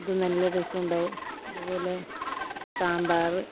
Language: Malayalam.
അത് നല്ല രസവുണ്ടാവും അതുപോലെ സാമ്പാറ്